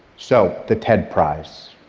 so, the ted prize.